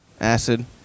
Acid